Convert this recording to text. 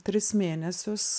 tris mėnesius